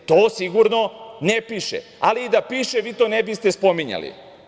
To sigurno ne piše, ali i da piše, vi to ne biste spominjali.